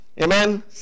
Amen